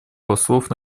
послов